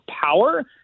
power